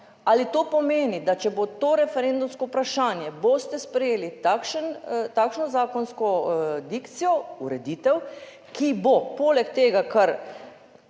Ali to pomeni, da če bo to referendumsko vprašanje boste sprejeli takšno zakonsko dikcijo ureditev, ki bo poleg tega